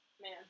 Man